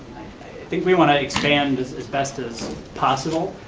think we wanna expand as as best as possible.